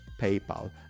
PayPal